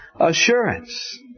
assurance